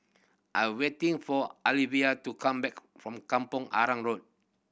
I'm waiting for Alyvia to come back from Kampong Arang Road